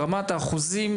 ברמת האחוזים,